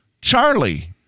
Charlie